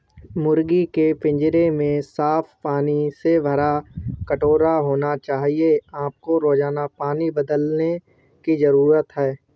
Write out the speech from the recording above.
मुर्गी के पिंजरे में साफ पानी से भरा कटोरा होना चाहिए आपको रोजाना पानी बदलने की जरूरत है